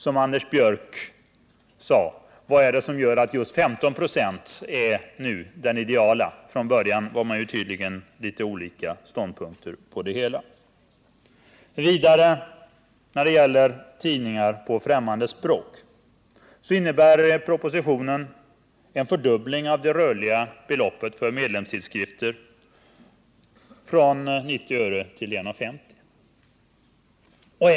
Som Anders Björck sade: Vad är det som gör att just 15 96 är det ideala? Från början hade man tydligen litet olika synpunkter på det hela. När det gäller tidningar på främmande språk innebär propositionen vidare en fördubbling av det rörliga beloppet för medlemstidskrifter, nämligen från 90 öre till 1:50 kr.